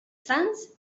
sants